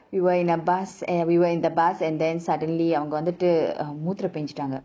we were in a bus and we were in the bus and then suddenly அவங்க வந்துட்டு மூத்தரம் பேஞ்சிட்டாங்க:avanga vanthutu mootharam paenjitanga